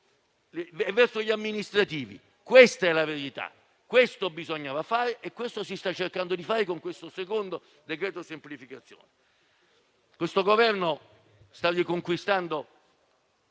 e gli amministrativi. Questa è la verità, questo bisognava fare e questo si sta cercando di fare con il secondo decreto semplificazioni. Il Governo sta riconquistando